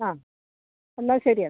ആ എന്നാൽ ശരിയ